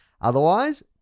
Otherwise